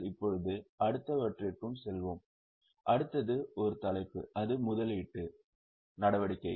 இப்போது அடுத்தவற்றிற்கு செல்வோம் அடுத்தது ஒரு தலைப்பு அது முதலீட்டு நடவடிக்கைகள்